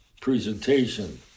presentation